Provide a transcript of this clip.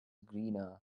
greener